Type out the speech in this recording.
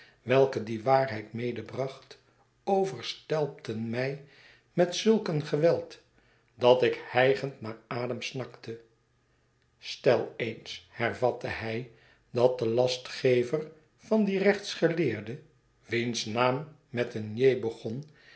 welke die waarheid medebracht overstelpten mij met zulk een geweld dat ik hijgend naar adem snakte stel eens hervatte hij dat de lastgever van dien rechtsgeleerde wiens naam met een j begon